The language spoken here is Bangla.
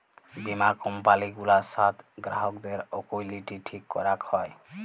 বীমা কম্পালি গুলার সাথ গ্রাহকদের অলুইটি ঠিক ক্যরাক হ্যয়